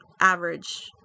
average